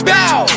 Bow